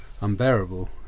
unbearable